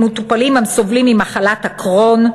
למטופלים הסובלים ממחלת הקרוהן,